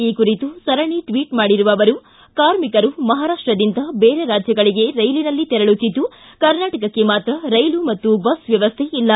ಈ ಕುರಿತು ಸರಣಿ ಟ್ವಿಟ್ ಮಾಡಿರುವ ಅವರು ಕಾರ್ಮಿಕರು ಮಹಾರಾಷ್ಷದಿಂದ ಬೇರೆ ರಾಜ್ಯಗಳಿಗೆ ರೈಲಿನಲ್ಲಿ ತೆರಳುತ್ತಿದ್ದು ಕರ್ನಾಟಕಕ್ಕೆ ಮಾತ್ರ ರೈಲು ಬಸ್ ವ್ಯವಸ್ಥೆ ಇಲ್ಲ